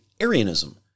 Arianism